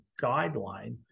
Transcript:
guideline